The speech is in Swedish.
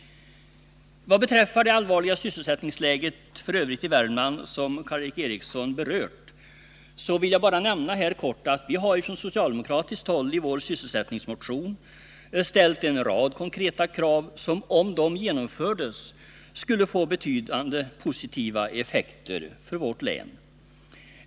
Vad beträffar det allvarliga sysselsättningsläget f. ö. i Värmland, som Karl Erik Eriksson berört, så vill jag i korthet nämna att vi från socialdemokratiskt håll i vår sysselsättningsmotion ställt en rad konkreta krav som, om de genomfördes, skulle få betydande positiva effekter för vårt län.